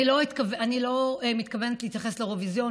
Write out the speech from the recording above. אני לא מתכוונת להתייחס לאירוויזיון,